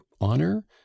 honor